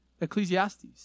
Ecclesiastes